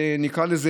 נקרא לזה,